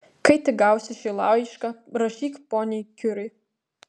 kai tik gausi šį laišką rašyk poniai kiuri